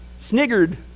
Sniggered